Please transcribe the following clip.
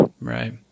Right